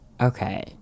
Okay